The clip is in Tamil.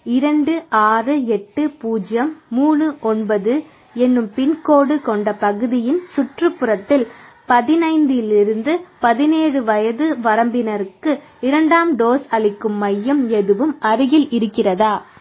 இரண்டு ஆறு எட்டு பூஜ்ஜியம் மூணு ஒன்பது என்னும் பின்கோடு கொண்ட பகுதியின் சுற்றுப்புறத்தில் பதினைந்திலிருந்து பதினேழு வயது வரம்பினருக்கு இரண்டாம் டோஸ் அளிக்கும் மையம் எதுவும் அருகில் இருக்கிறதா